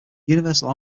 universal